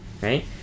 right